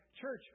Church